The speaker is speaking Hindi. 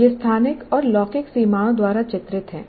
यह स्थानिक और लौकिक सीमाओं द्वारा चित्रित है